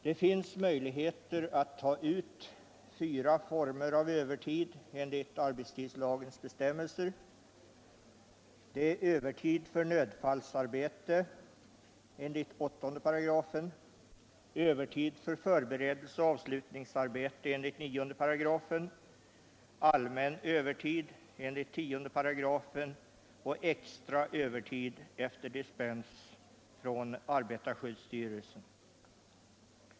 Det finns fyra olika former på vilka man kan ta ut övertid enligt arbetstidslagens bestämmelser. Det är övertid för nödfallsarbete enligt 8 §, övertid för förberedelseoch avslutningsarbete enligt 9 §, allmän övertid enligt 10 § och extra övertid efter dispens från arbetarskyddsstyrelsen.